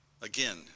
Again